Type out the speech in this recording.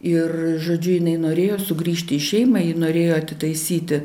ir žodžiu jinai norėjo sugrįžti į šeimą ji norėjo atitaisyti